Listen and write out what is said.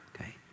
okay